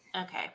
Okay